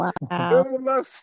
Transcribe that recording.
Wow